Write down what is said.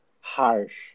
harsh